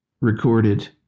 recorded